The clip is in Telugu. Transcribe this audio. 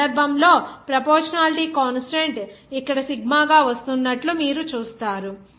ఈ సందర్భంలో ప్రోపోర్షనాలిటీ కాన్స్టాంట్ ఇక్కడ సిగ్మా గా వస్తున్నట్లు మీరు చూస్తారు